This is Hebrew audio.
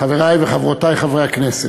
חברי וחברותי חברי הכנסת,